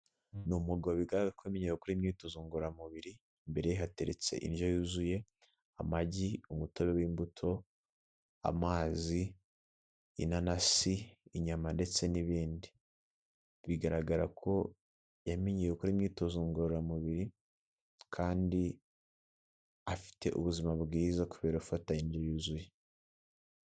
N, umugabo bigaragara ko yamenyereye gukora imyitozo ngororamubiri imbereye hateretse indyo yuzuye amagi, umutobe w'imbuto, amazi, inanasi, inyama, ndetse n'ibindi bigaragara ko yamenyereye gukora imyitozo ngororamubiri kandi afite ubuzima bwiza kubera afata indyo yuzuye.